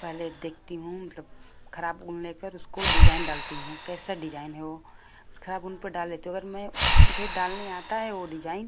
पहले देखती हूँ मतलब खराब ऊन लेकर उसको डिजाइन डालती हूँ कैसा डिजाइन है वो फिर खराब ऊन पर डाल लेती हूँ अगर मैं मुझे डालने आता है वो डिजाइन